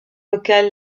local